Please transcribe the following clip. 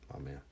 Amen